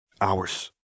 Ours